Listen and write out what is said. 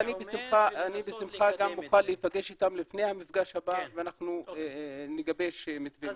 אז אני בשמחה מוכן להיפגש איתם לפני המפגש הבא ואנחנו נגבש מתווה.